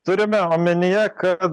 turime omenyje kad